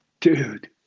dude